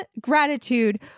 gratitude